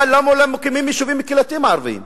אבל למה לא מקימים יישובים קהילתיים ערביים?